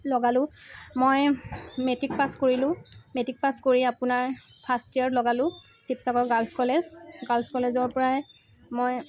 লগালোঁ মই matric pass কৰিলোঁ মেট্ৰিক পাছ কৰি আপোনাৰ ফাৰ্ষ্ট ইয়াৰত লগালোঁ ছিৱচছাগৰ গাৰ্লছ কলেজ গাৰ্লছ কলেজৰ পৰাই মই